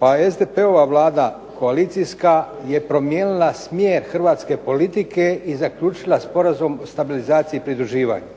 pa SDP-ova vlada koalicijska je promijenila smjer hrvatske politike i zaključila Sporazum o stabilizaciji i pridruživanju.